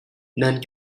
nên